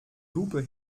lupe